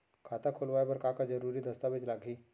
खाता खोलवाय बर का का जरूरी दस्तावेज लागही?